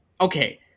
Okay